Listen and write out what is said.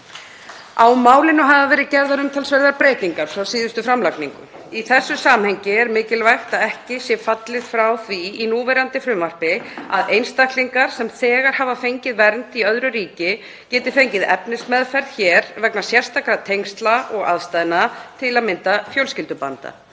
Á málinu hafa verið gerðar umtalsverðar breytingar frá síðustu framlagningu. Í þessu samhengi er mikilvægt að ekki sé fallið frá því í núverandi frumvarpi að einstaklingar sem þegar hafa fengið vernd í öðru ríki geti fengið efnismeðferð hér vegna sérstakra tengsla og aðstæðna, til að mynda fjölskyldubanda.